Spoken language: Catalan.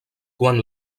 quan